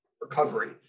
Recovery